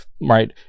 right